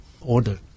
order